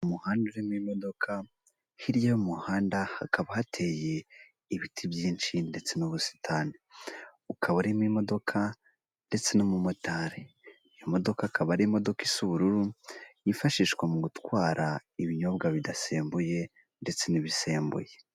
Mu muhanda urimo imodoka, hirya y'umuhanda hakaba hateye ibiti byinshi ndetse n'ubusitani, ukaba urimo imodoka ndetse n'umumotari, imodoka akaba ari imodoka isa ubururu yifashishwa mu gutwara ibinyobwa bidasembuye ndetse n'ibisembuye.